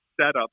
setup